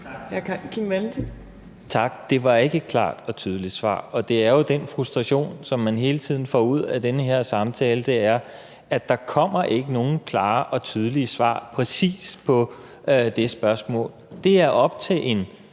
Tak. Det var ikke et klart og tydeligt svar, og det er derfor, der hele tiden kommer en frustration ud af den her samtale. Den skyldes, at der ikke kommer nogen klare og tydelige svar præcis på det spørgsmål. Det er op til en